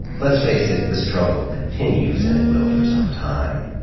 let's face it, the struggle continues and it will for some time.